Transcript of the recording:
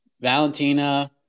Valentina